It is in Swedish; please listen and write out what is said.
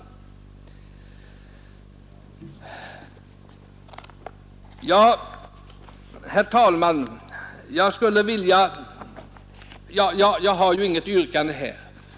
Herr talman! Jag kan ju inte här göra något yrkande.